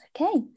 okay